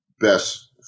best